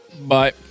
Bye